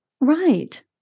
Right